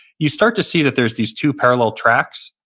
you start to see that there's these two parallel tracks.